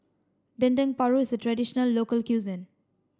Dendeng Paru is a traditional local cuisine